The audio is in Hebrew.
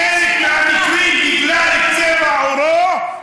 בחלק מהמקרים בגלל צבע עורו,